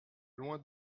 loin